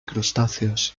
crustáceos